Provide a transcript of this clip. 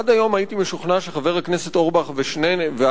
עד היום הייתי משוכנע שחבר הכנסת אורבך ואני,